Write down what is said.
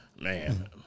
man